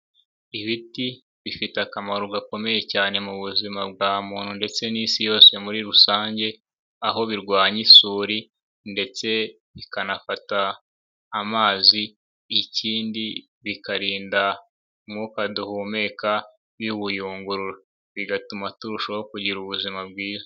Ibiti bifite akamaro gakomeye cyane mu buzima bwa muntu ndetse n'isi yose muri rusange aho birwanya isuri ndetse bikanafata amazi, ikindi bikarinda umwuka duhumeka biwuyungurura, bigatuma turushaho kugira ubuzima bwiza.